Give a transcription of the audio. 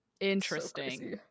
interesting